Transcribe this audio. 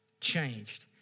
changed